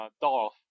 Dolph